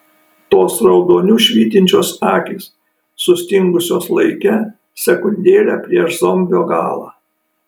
tos raudoniu švytinčios akys sustingusios laike sekundėlę prieš zombio galą